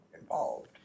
involved